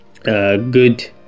good